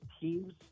teams